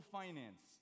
finance